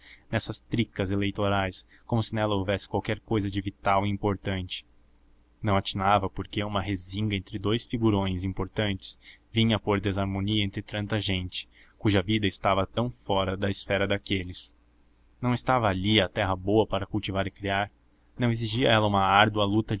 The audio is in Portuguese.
nessas tricas eleitorais como se nelas houvesse qualquer cousa de vital e importante não atinava por que uma rezinga entre dous figurões importantes vinha pôr desarmonia entre tanta gente cuja vida estava tão fora da esfera daqueles não estava ali a terra boa para cultivar e criar não exigia ela uma árdua luta